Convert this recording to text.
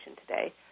today